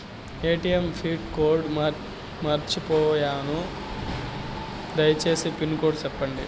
ATM pin code మర్చిపోయాను పోయాను దయసేసి పిన్ కోడ్ సెప్పండి?